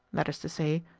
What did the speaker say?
that is to say,